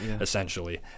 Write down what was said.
essentially